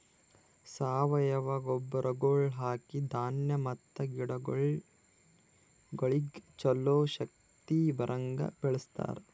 ಸಾವಯವ ಗೊಬ್ಬರಗೊಳ್ ಹಾಕಿ ಧಾನ್ಯ ಮತ್ತ ಗಿಡಗೊಳಿಗ್ ಛಲೋ ಶಕ್ತಿ ಬರಂಗ್ ಬೆಳಿಸ್ತಾರ್